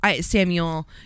Samuel